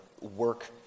work